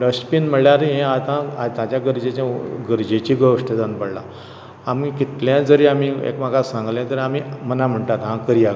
dustbin म्हणल्यार हें आतां आतांचे गरजेचें गरजेचें गोश्ट जावन पडलां आमी कितलेंय जर आमी एकमेकाक सांगलें तर आमी मना म्हणटात आ करया